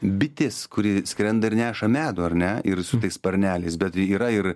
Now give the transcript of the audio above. bitės kuri skrenda ir neša medų ar ne ir su tais sparneliais bet yra ir